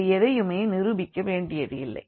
இங்கு எதையுமே நிரூபிக்க வேண்டியதில்லை